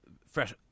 fresh